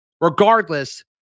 Regardless